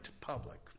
public